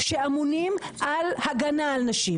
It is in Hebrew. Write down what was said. ובמוסדות שאמונים על הגנה על נשים.